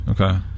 Okay